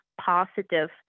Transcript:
positive